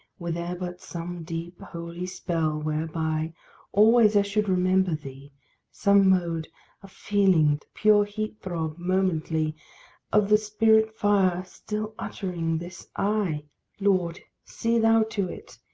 were there but some deep, holy spell, whereby always i should remember thee some mode of feeling the pure heat-throb momently of the spirit-fire still uttering this i lord, see thou to it,